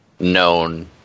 Known